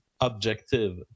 objective